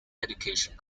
education